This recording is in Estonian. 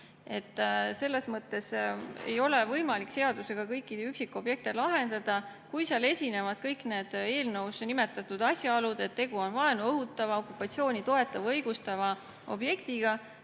Selles mõttes ei ole võimalik seadusega kõiki üksikobjekte lahendada. Kui seal esinevad kõik need eelnõus nimetatud asjaolud, et tegu on vaenu õhutava, okupatsiooni toetava või õigustava objektiga,